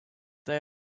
they